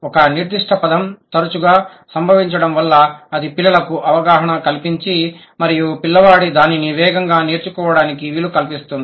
ఒక నిర్దిష్ట పదం తరచుగా సంభవించడం వల్ల అది పిల్లలకు అవగాహన కల్పించి మరియు పిల్లవాడు దానిని వేగంగా నేర్చుకోవడానికి వీలు కల్పిస్తుంది